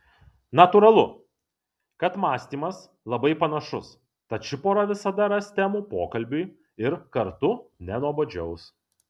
natūralu kad mąstymas labai panašus tad ši pora visada ras temų pokalbiui ir kartu nenuobodžiaus